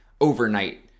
overnight